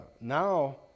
Now